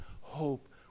hope